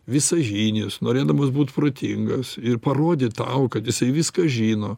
visažinis norėdamas būt protingas ir parodyt tau kad jisai viską žino